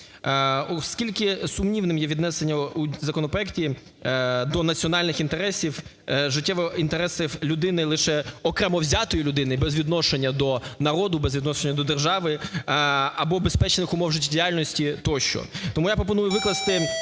Оскільки сумнівним є віднесення у законопроекті до національних інтересів життєвих інтересів людини, лише окремо взятої людини без відношення до народу, без відношення до держави або безпечних умов життєдіяльності тощо. Тому я пропоную викласти